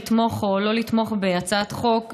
לתמוך או לא לתמוך בהצעת חוק,